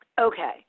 Okay